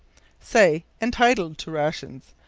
say, entitled to rations.